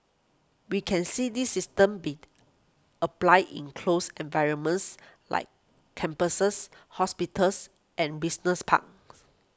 we can see these systems be applied in closed environments like campuses hospitals and business parks